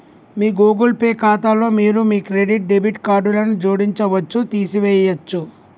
మీ Google Pay ఖాతాలో మీరు మీ క్రెడిట్, డెబిట్ కార్డులను జోడించవచ్చు, తీసివేయచ్చు